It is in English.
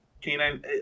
canine